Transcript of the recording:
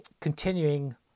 continuing